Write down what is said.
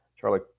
Charlie